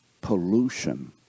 pollution